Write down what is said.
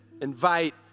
invite